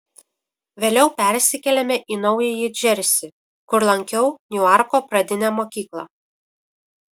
vėliau persikėlėme į naująjį džersį kur lankiau niuarko pradinę mokyklą